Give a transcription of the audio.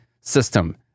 system